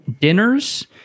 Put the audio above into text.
dinners